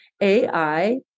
AI